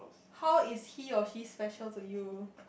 how is he or she special to you